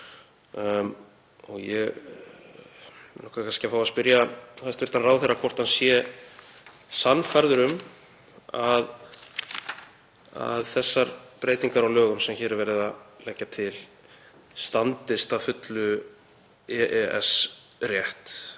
eftir á. Mig langaði að fá að spyrja hæstv. ráðherra hvort hann sé sannfærður um að þessar breytingar á lögum sem hér er verið að leggja til standist að fullu EES-rétt